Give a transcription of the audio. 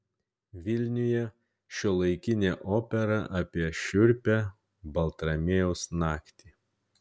vilniuje šiuolaikinė opera apie šiurpią baltramiejaus naktį